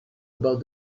about